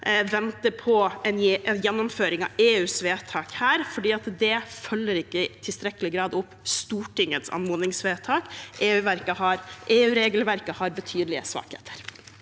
vente på en gjennomføring av EUs vedtak her, for det følger ikke i tilstrekkelig grad opp Stortingets anmodningsvedtak. EUregelverket har betydelige svakheter.